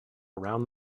around